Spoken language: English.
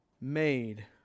made